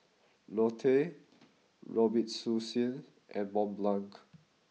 Lotte Robitussin and Mont Blanc